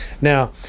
Now